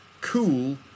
cool